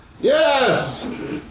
Yes